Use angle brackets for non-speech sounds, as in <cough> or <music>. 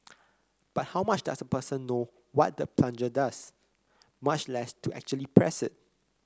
but how much does a person know what the plunger does much less to actually <noise> press it